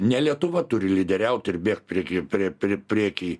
ne lietuva turi lyderiaut ir bėgt priekyje prie prieky